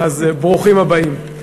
אז ברוכים הבאים.